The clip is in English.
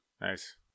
Nice